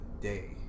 day